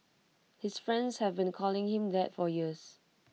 his friends have been calling him that for years